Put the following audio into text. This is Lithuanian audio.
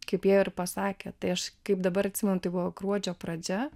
kaip jie ir pasakė tai aš kaip dabar atsimenu tai buvo gruodžio pradžia